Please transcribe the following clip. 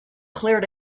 clear